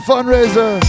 fundraiser